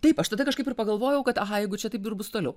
taip aš tada kažkaip ir pagalvojau kad aha jeigu čia taip ir bus toliau